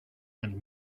and